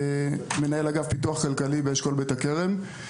מנהל אגף פיתוח כלכלי באשכול בית הכרם,